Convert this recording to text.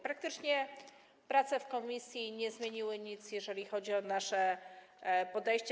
Praktycznie prace w komisji nie zmieniły nic, jeżeli chodzi o nasze podejście.